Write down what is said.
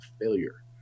failure